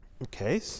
Okay